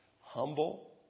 Humble